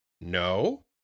No